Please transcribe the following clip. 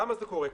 למה זה קורה?